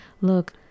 look